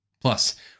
Plus